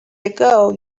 ago